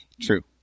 True